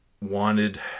wanted